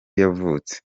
yavutse